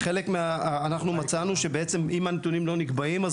אנחנו מצאנו שבעצם אם הנתונים לא נקבעים אז